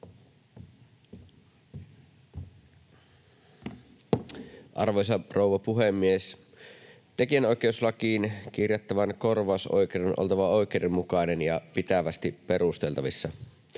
Arvoisa rouva puhemies! Tekijänoikeuslakiin kirjattavan korvausoikeuden on oltava oikeudenmukainen ja pitävästi perusteltavissa.